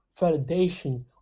validation